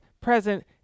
present